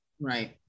Right